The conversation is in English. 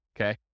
Okay